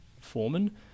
Foreman